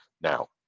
now